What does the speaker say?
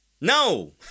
No